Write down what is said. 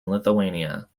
lithuania